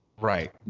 Right